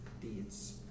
deeds